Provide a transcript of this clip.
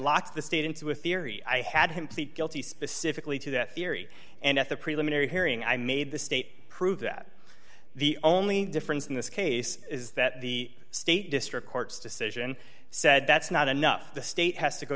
locked the state into a theory i had him plead guilty specifically to that theory and at the preliminary hearing i made the state prove that the only difference in this case is that the state district court's decision said that's not enough the state has to go